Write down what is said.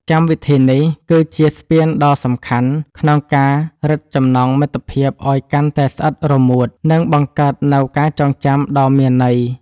កម្មវិធីនេះគឺជាស្ពានដ៏សំខាន់ក្នុងការរឹតចំណងមិត្តភាពឱ្យកាន់តែស្អិតរមួត និងបង្កើតនូវការចងចាំដ៏មានន័យ។